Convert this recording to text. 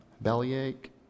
bellyache